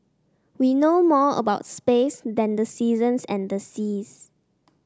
we know more about space than the seasons and the seas